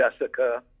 Jessica